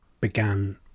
began